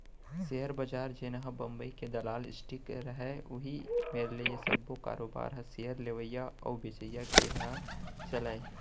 share बजार जेनहा बंबई के दलाल स्टीक रहय उही मेर ये सब्बो कारोबार ह सेयर लेवई अउ बेचई के ह चलय